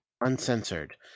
Uncensored